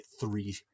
three